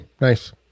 Nice